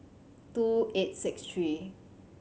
two eight six three